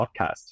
podcast